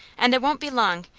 and it won't be long,